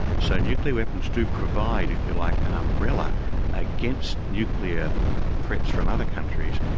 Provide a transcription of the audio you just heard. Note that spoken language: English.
so nuclear weapons do provide, if you like, an umbrella against nuclear threats from other countries,